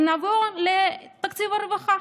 אז נעבור לתקציב הרווחה,